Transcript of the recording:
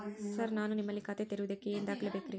Sir ನಾನು ನಿಮ್ಮಲ್ಲಿ ಖಾತೆ ತೆರೆಯುವುದಕ್ಕೆ ಏನ್ ದಾಖಲೆ ಬೇಕ್ರಿ?